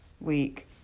week